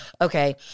okay